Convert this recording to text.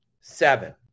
Seven